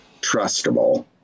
trustable